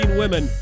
women